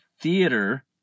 Theater